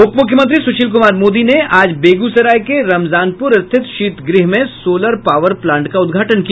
उपमुख्यमंत्री सुशील कुमार मोदी ने आज बेगूसराय के रमजानपुर स्थित शीतगृह में सोलर पावर प्लांट का उद्घाटन किया